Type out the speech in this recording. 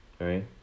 right